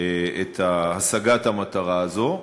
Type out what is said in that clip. את השגת המטרה הזאת.